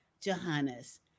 Johannes